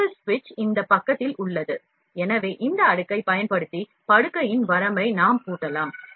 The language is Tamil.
வரம்பு சுவிட்ச் இந்த பக்கத்தில் உள்ளது எனவே இந்த அடுக்கைப் பயன்படுத்தி படுக்கையின் வரம்பை நாம் பூட்டலாம்